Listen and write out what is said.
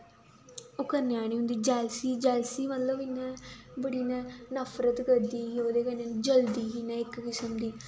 ओह् करने आह्ली होंदी जैलसी जैलसी मतलब इ'यां बड़ी इयां नफरत करदी ही ओह्दे कन्नै जलदी ही इक किसम दी